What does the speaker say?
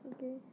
Okay